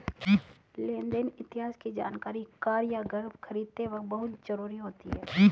लेन देन इतिहास की जानकरी कार या घर खरीदते वक़्त बहुत जरुरी होती है